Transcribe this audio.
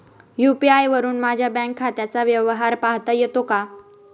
UPI वरुन माझ्या bank खात्याचा व्यवहार पाहता येतो का?